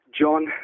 John